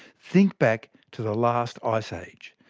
think back to the last ice age,